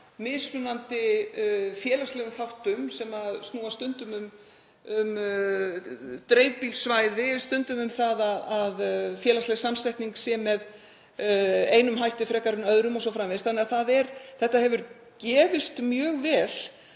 mismunandi félagslegum þáttum sem snúast stundum um dreifbýl svæði, stundum um að félagsleg samsetning sé með einum hætti frekar en öðrum o.s.frv. Þetta hefur gefist mjög vel